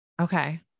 Okay